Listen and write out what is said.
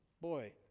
boy